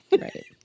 right